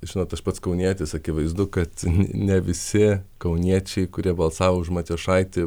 žinot aš pats kaunietis akivaizdu kad ne visi kauniečiai kurie balsavo už matijošaitį